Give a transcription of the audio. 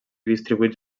distribuïts